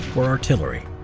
were artillery.